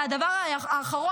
זה הדבר האחרון,